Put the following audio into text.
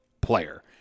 player